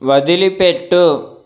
వదిలిపెట్టు